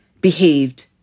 behaved